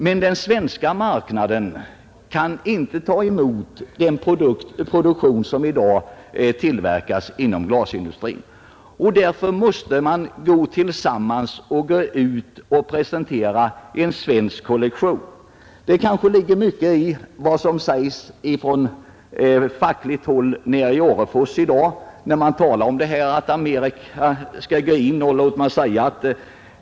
Men den svenska marknaden kan inte ta emot dagens produktion inom den svenska glasindustrin, och därför måste man gå samman för att på världsmarknaden presentera en svensk kollektion. Det ligger kanske mycket i vad som i dag sägs på fackligt håll i Orrefors om det tilltänkta amerikanska engagemanget i glasbruket där.